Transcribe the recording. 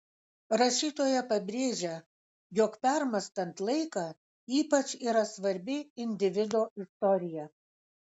rašytoja pabrėžia jog permąstant laiką ypač yra svarbi individo istorija